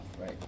right